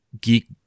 geek